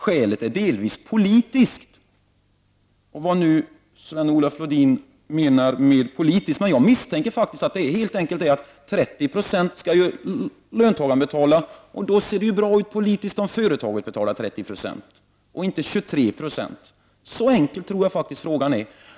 Skälet är delvis politiskt” — vad nu Sven-Olof Lodin kan ha menat med ”politiskt”. Om löntagarna skall betala 30 96, tycker jag att det ser bra ut att även företagen skall betala 30 26 och inte 23 20. Så enkel tror jag faktiskt att frågan är.